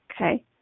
Okay